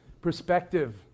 perspective